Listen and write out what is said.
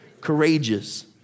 courageous